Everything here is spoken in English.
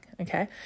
Okay